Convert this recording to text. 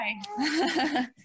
Hi